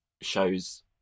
shows